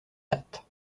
date